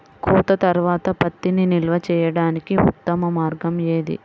కోత తర్వాత పత్తిని నిల్వ చేయడానికి ఉత్తమ మార్గం ఏది?